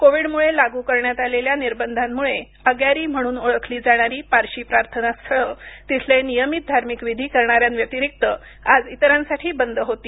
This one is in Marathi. कोविड मुळे लागू करण्यात आलेल्या निर्बंधामुळे अग्यारी म्हणून ओळखली जाणारी पारशी प्रार्थनास्थळं तिथले नियमित धार्मिक विधी करणाऱ्यांव्यतिरिक्त आज इतरांसाठी बंद होती